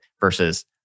versus